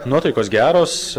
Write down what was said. nuotaikos geros